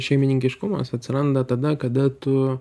šeimininkiškumas atsiranda tada kada tu